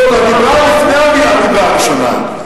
זה הדיבר לפני הדיבר הראשון.